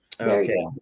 Okay